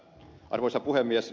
arvoisa puhemies